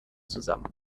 zusammen